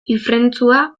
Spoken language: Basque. ifrentzua